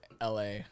LA